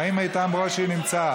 רגע,